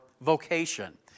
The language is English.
vocation